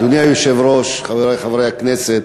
אדוני היושב-ראש, חברי חברי הכנסת,